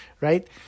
right